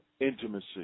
intimacy